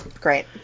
Great